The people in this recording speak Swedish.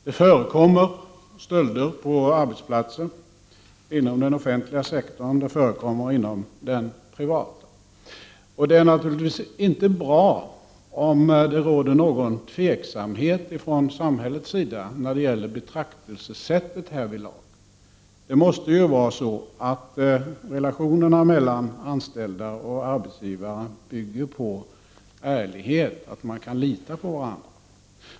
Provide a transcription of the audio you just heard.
Det förekommer stölder på arbetsplatser inom den offentliga sektorn, och det förekommer inom den privata. Det är naturligtvis inte bra om det råder någon tveksamhet från samhällets sida när det gäller betraktelsesättet härvidlag. Det måste ju vara så att relationerna mellan anställda och arbetsgivare bygger på ärlighet, på att man kan lita på varandra.